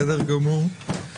בסדר גמור.